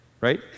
right